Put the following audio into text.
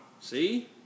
See